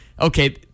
okay